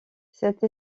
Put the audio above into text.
cette